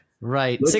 Right